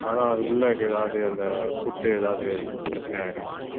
அதுதான் அது உள்ளக்க ஏதாவது அந்த ஃபுட்டு ஏதாவது பிரச்சனையாகி இருந்துருக்கலாம்